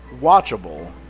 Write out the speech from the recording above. watchable